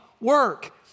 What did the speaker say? work